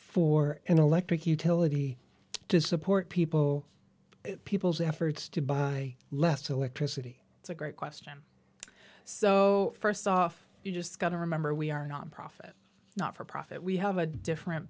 for an electric utility to support people people's efforts to buy less to electricity it's a great question so first off you just got to remember we are not profit not for profit we have a different